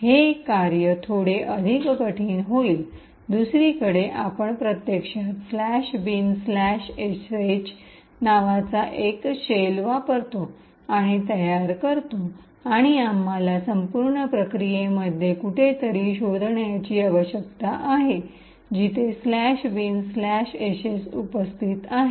हे कार्य थोडे अधिक कठीण होईल दुसरीकडे आपण प्रत्यक्षात "" bin sh "" नावाचा एक शेल वापरतो आणि तयार करतो आणि आम्हाला संपूर्ण प्रक्रियेमध्ये कुठेतरी शोधण्याची आवश्यकता आहे जिथे " bin sh" "" उपस्थित आहे